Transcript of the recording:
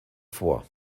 vor